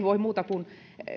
voi muuta kuin